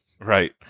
Right